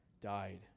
died